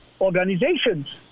organizations